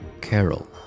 Carol